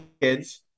kids